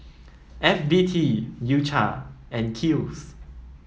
F B T U Cha and Kiehl's